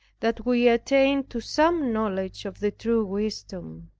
that we attain to some knowledge of the true wisdom.